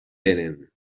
venen